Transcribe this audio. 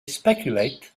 speculate